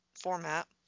format